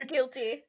Guilty